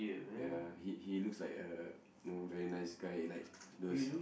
ya he he looks like a you know very nice guy like those